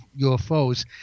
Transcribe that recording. ufos